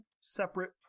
separate